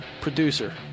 producer